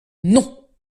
non